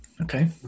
okay